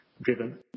driven